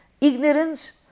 ignorance